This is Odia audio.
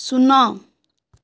ଶୂନ